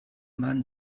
man